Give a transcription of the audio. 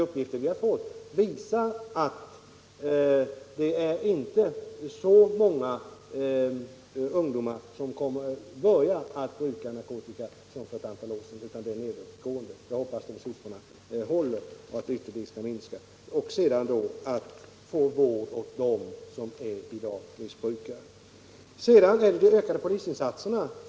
Uppgifter vi har fått visar glädjande nog att det inte är lika många ungdomar som börjar använda narkotika nu som för ett par år sedan. Jag hoppas att de siffrorna håller och blir ännu lägre. För det andra gäller det att ge dem som i dag är missbrukare vård. Betydelsefulla är vidare de ökade polisinsatserna.